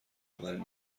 عمل